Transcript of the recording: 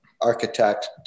architect